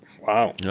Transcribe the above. Wow